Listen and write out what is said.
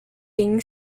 being